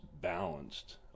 balanced